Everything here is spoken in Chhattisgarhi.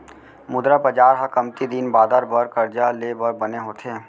मुद्रा बजार ह कमती दिन बादर बर करजा ले बर बने होथे